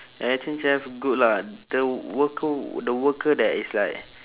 at eighteen chef good lah the worker the worker that is like